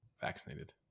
vaccinated